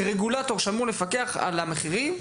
כרגולטור שאמור לפקח על המחירים,